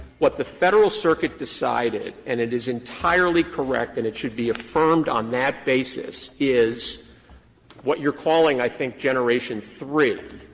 what the federal circuit decided, and it is entirely correct and it should be affirmed on that basis, is what you're calling i think generation three,